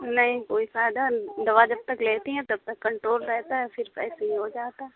نہیں کوئی فائدہ دوا جب تک لیتی ہیں تب تک کنٹرول رہتا ہے پھر ویسے ہی ہو جاتا